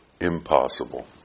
impossible